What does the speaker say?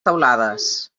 teulades